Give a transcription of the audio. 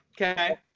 Okay